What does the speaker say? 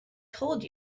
told